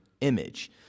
image